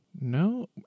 No